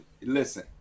Listen